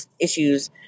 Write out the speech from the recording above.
issues